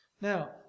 Now